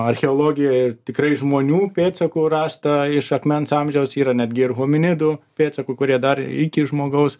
archeologija ir tikrai žmonių pėdsakų rasta iš akmens amžiaus yra netgi ir hominidų pėdsakų kurie dar iki žmogaus